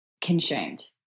consumed